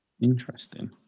Interesting